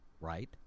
right